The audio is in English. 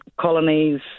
colonies